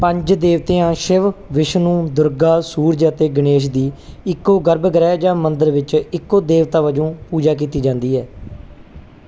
ਪੰਜ ਦੇਵਤਿਆਂ ਸ਼ਿਵ ਵਿਸ਼ਨੂੰ ਦੁਰਗਾ ਸੂਰਜ ਅਤੇ ਗਣੇਸ਼ ਦੀ ਇੱਕੋ ਗਰਭਗ੍ਰਹਿ ਜਾਂ ਮੰਦਰ ਵਿੱਚ ਇੱਕੋ ਦੇਵਤਾ ਵਜੋਂ ਪੂਜਾ ਕੀਤੀ ਜਾਂਦੀ ਹੈ